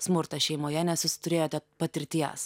smurtas šeimoje nes jūs turėjote patirties